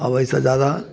आब एहिसँ ज्यादा